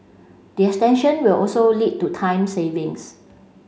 the extension will also lead to time savings